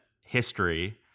history